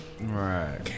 Right